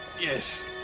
Yes